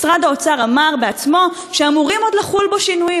משרד האוצר אמר בעצמו שאמורים עוד לחול בו שינויים,